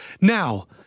now